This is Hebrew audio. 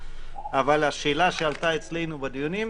אבל השאלה שעלתה אצלנו בדיונים,